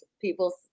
people